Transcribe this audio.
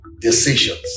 decisions